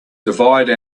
divide